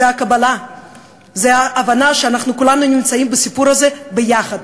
זה הקבלה וזה ההבנה שכולנו נמצאים בסיפור הזה ביחד.